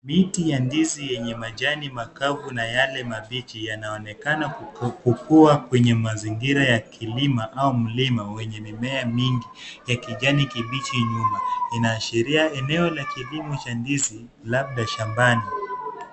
Miti ya ndizi yenye majani makavu na yale mabichi yanaonekana kukua kwenye mazingira ya kilima au mlima wenye mimea mingi ya kijani kibichi nyuma. Inaashiria eneo la kilimo ya ndizi labda shambani.